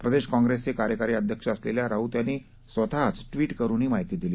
प्रदेश काँग्रेसचे कार्यकारी अध्यक्ष असलेल्या राऊत यांनी स्वतःच ट्विट करुन ही माहिती दिली